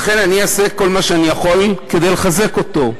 לכן, אני אעשה כל מה שאני יכול כדי לחזק אותו.